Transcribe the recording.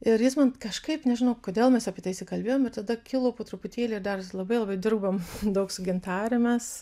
ir jis man kažkaip nežinau kodėl mes apie tai įsikalbėjom ir tada kilo po truputėlį ir dar labai labai dirbom daug su gintare mes